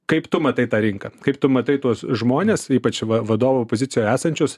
kaip tu matai tą rinką kaip tu matai tuos žmones ypač va vadovo pozicijoje esančius